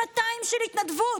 שנתיים של התנדבות,